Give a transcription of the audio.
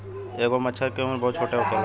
एगो मछर के उम्र बहुत छोट होखेला